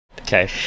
Okay